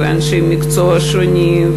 אנשי מקצוע שונים,